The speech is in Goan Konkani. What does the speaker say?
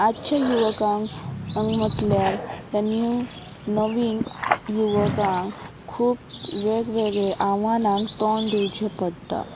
आयच्या युवकांक म्हटल्यार न्यूव नवीन युवकांक खूब वेगवेगळे आव्हानांक तोंड दिवचे पडटा